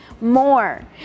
more